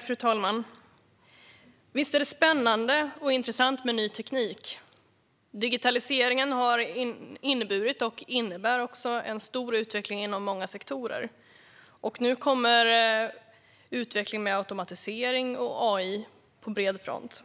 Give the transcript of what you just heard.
Fru talman! Visst är det spännande och intressant med ny teknik. Digitaliseringen har inneburit och innebär en stor utveckling inom många sektorer, och nu kommer utvecklingen med automatisering och AI på bred front.